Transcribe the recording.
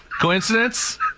Coincidence